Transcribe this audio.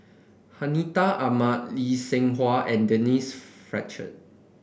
Hartinah Ahmad Lee Seng Huat and Denise Fletcher